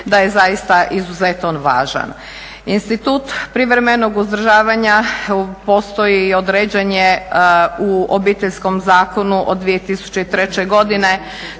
da je zaista izuzetno važan. Institut privremenog uzdržavanja postoji i određen je u Obiteljskom zakonu od 2003. godine